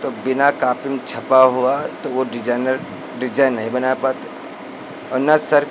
तो बिना कापी में छपा हुआ तो वह डिजइनर डिजाइन नहीं बना पाते और न सर